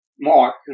Mark